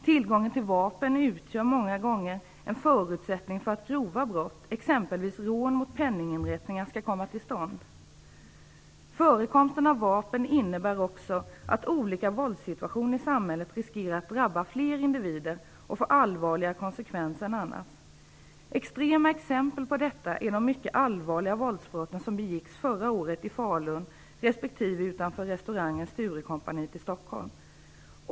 Tillgången till vapen utgör många gånger en förutsättning för att grova brott, exempelvis rån mot penninginrättningar, skall komma till stånd. Förekomsten av vapen innebär också att olika våldssituationer i samhället riskerar att drabba fler individer och få allvarligare konsekvenser än annars. Extrema exempel på detta är de mycket allvarliga våldsbrott som begicks förra året i Falun respektive utanför restaurang Sturecompagniet i Stockholm.